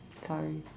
sorry